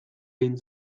egin